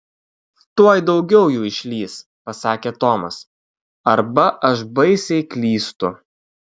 tuoj daugiau jų išlįs pasakė tomas arba aš baisiai klystu